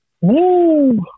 Woo